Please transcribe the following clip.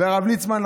ולכן, הרב ליצמן,